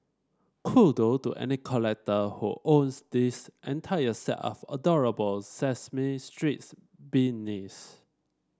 to any collector who owns this entire set of adorable Sesame Streets beanies